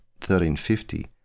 1350